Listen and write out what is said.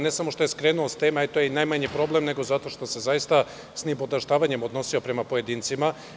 Ne samo što je skrenuo s teme, to je i najmanji problem, nego zato što se sa nipodaštavanjem odnosio prema pojedincima.